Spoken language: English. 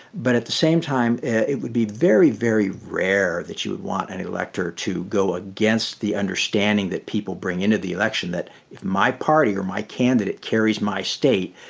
but at the same time, it would be very, very rare that you would want any elector to go against the understanding that people bring into the election that my party or my candidate carries my state.